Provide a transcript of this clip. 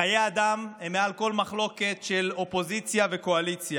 חיי אדם הם מעל כל מחלוקת של אופוזיציה וקואליציה.